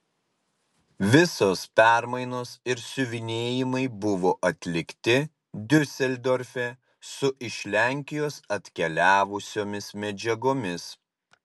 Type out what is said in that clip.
visos permainos ir siuvinėjimai buvo atlikti diuseldorfe su iš lenkijos atkeliavusiomis medžiagomis